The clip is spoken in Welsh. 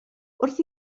wrth